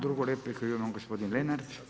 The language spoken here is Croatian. Drugu repliku ima gospodin Lenart.